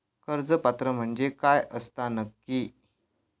कर्ज पात्र म्हणजे काय असता नक्की?